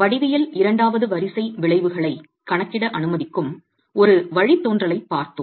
வடிவியல் இரண்டாவது வரிசை விளைவுகளை கணக்கிட அனுமதிக்கும் ஒரு வழித்தோன்றலைப் பார்த்தோம்